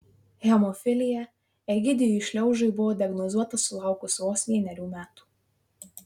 hemofilija egidijui šliaužiui buvo diagnozuota sulaukus vos vienerių metų